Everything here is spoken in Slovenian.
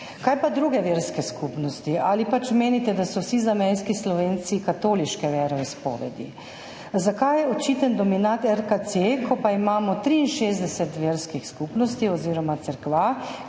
Kaj pa druge verske skupnosti? Ali pač menite, da so vsi zamejski Slovenci katoliške veroizpovedi? Zakaj je očiten dominat RKC, ko pa imamo 63 verskih skupnosti oziroma cerkva,